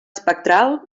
espectral